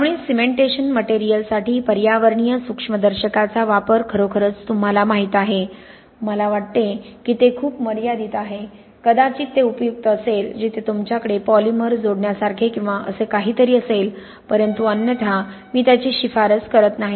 त्यामुळे सिमेंटेशन मटेरियलसाठी पर्यावरणीय सूक्ष्मदर्शकाचा वापर खरोखरच तुम्हाला माहीत आहे मला वाटते की ते खूप मर्यादित आहे कदाचित ते उपयुक्त असेल जेथे तुमच्याकडे पॉलिमर जोडण्यासारखे किंवा असे काहीतरी असेल परंतु अन्यथा मी त्याची शिफारस करत नाही